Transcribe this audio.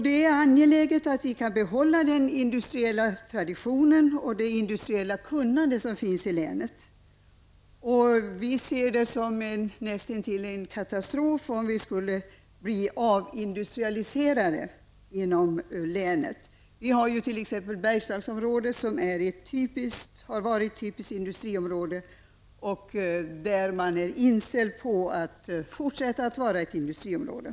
Det är angeläget att vi kan behålla den industriella tradition och det industriella kunnande som finns inom länet. Vi ser det nästan som en katastrof om vi skulle bli avindustrialiserade inom länet. Vi har t.ex. Bergslagsområdet som har varit ett typiskt industriområde. Där är man inställd på att fortsätta att vara ett industriområde.